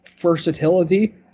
versatility